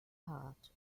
part